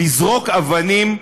לזרוק אבנים,